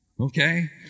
Okay